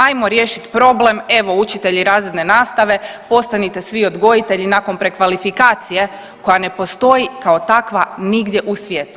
Ajmo riješiti problem, evo učitelji razredne nastave postanite svi odgojitelji nakon prekvalifikacije koja ne postoji kao takva nigdje u svijetu.